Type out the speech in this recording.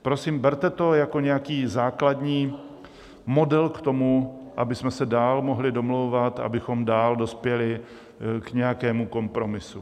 Prosím, berte to jako nějaký základní model k tomu, abychom se dál mohli domlouvat, abychom dál dospěli k nějakému kompromisu.